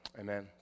amen